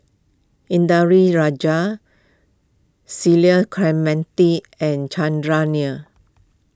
Indranee Rajah Cecil Clementi and Chandran Nair